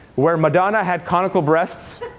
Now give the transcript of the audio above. where madonna had conical breasts,